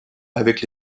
avec